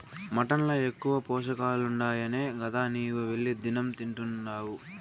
mutton ల ఎక్కువ పోషకాలుండాయనే గదా నీవు వెళ్లి దినం తింటున్డావు